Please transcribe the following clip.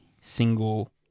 single